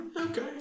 Okay